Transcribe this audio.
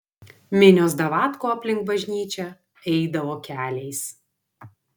minios davatkų aplink bažnyčią eidavo keliais